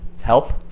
help